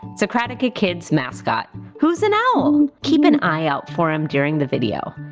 socratica kids' mascot, who's an owl! keep an eye out for him during the video.